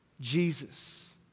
Jesus